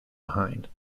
behind